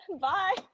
Bye